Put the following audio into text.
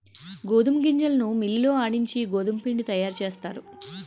గోధుమ గింజలను మిల్లి లో ఆడించి గోధుమపిండి తయారుచేస్తారు